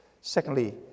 Secondly